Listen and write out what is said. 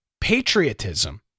patriotism